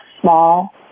small